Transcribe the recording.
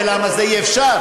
ולמה זה אי-אפשר.